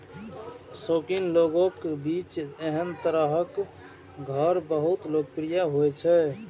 शौकीन लोगक बीच एहन तरहक घर बहुत लोकप्रिय होइ छै